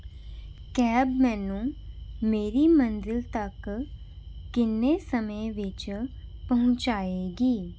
cab ਮੈਨੂੰ ਮੇਰੀ ਮੰਜ਼ਿਲ ਤੱਕ ਕਿੰਨੇ ਸਮੇਂ ਵਿੱਚ ਪਹੁੰਚਾਏਗੀ